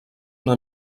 una